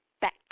back